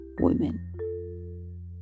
women